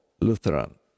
Lutheran